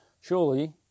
Surely